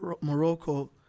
Morocco